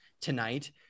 tonight